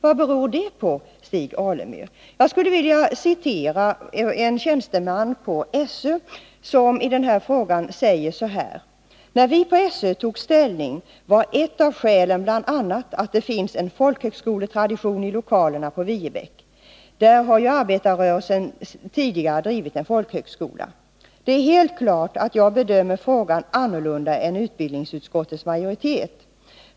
Vad beror det på, Stig Alemyr? Jag vill citera en tjänsteman på SÖ, som i denna fråga säger så här: ”När vi på SÖ tog ställning var ett av skälen bl.a. att det finns en folkhögskoletradition i lokalerna på Viebäck. Där har ju arbetarrörelsen tidigare drivit en folkhögskola. Det är helt klart att jag bedömer frågan annorlunda än utbildningsutskottets majoritet.